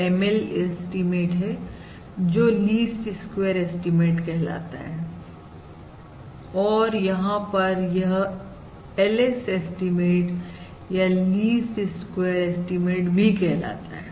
यह ML estimate है जो लीस्ट स्क्वेयर एस्टीमेट कहलाता है और यहां पर यह LS एस्टीमेट या लीस्ट स्क्वेयर एस्टीमेट भी कहलाता है